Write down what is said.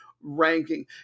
ranking